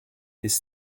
bis